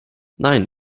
nein